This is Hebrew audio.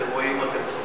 אתם רואים ואתם צופים.